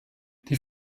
die